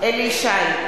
בהצבעה אליהו ישי,